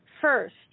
First